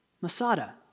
Masada